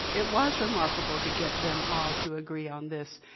it was remarkable to get them all to agree on this.